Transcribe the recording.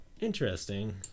Interesting